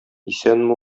исәнме